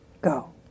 go